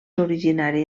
originari